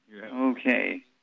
Okay